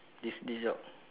this this job